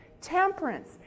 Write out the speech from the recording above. Temperance